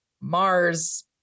Mars